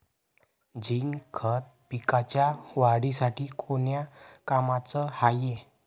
Zinc खत पिकाच्या वाढीसाठी कोन्या कामाचं हाये?